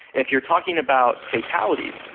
if you're talking about fatalities,